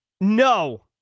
no